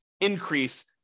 increase